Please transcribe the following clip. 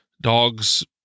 dogs